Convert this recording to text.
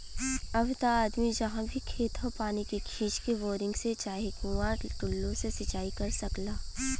अब त आदमी जहाँ भी खेत हौ पानी के खींच के, बोरिंग से चाहे कुंआ टूल्लू से सिंचाई कर सकला